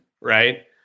right